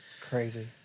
Crazy